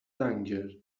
tangier